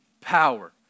power